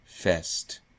fest